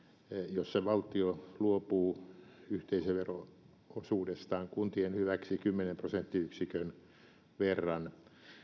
jossa valtio luopuu yhteisövero osuudestaan kuntien hyväksi kymmenen prosenttiyksikön verran